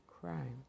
crime